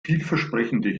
vielversprechende